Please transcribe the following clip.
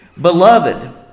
Beloved